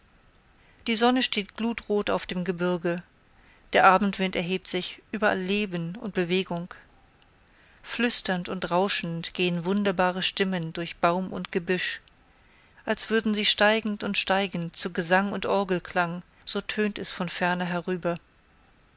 die sonne steht glutrot auf dem gebürge der abendwind erhebt sich überall leben und bewegung flüsternd und rauschend gehen wunderbare stimmen durch baum und gebüsch als würden sie steigend und steigend zu gesang und orgelklang so tönt es von ferne herüber